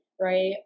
right